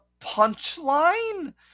punchline